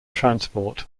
transport